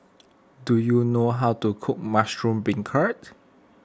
do you know how to cook Mushroom Beancurd